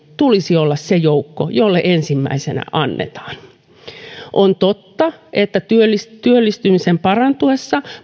tulisi olla se joukko jolle ensimmäisenä annetaan on totta että työllistymisen parantuessa